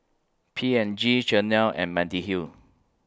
P and G Chanel and Mediheal